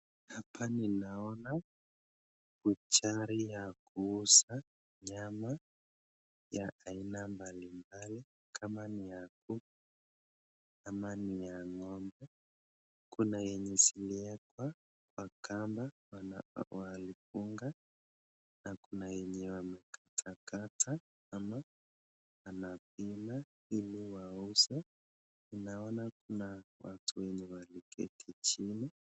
Hapa ninaona buchari ya kuuza nyama ya aina mbalimbali kama ni ya kuku ama ni ya ng'ombe . Kuna yenye zimewekwa kwa kamba ambayo walifunga na kuna yenye wamekatakata . Ama anapima ili wauze. Ninaona kuna watu wenye wameketi chini.